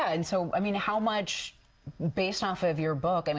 and so i mean how much based off of your book, i mean